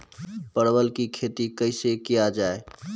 परवल की खेती कैसे किया जाय?